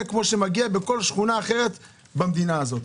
כפי שמגיע בכל שכונה אחרת במדינה הזאת.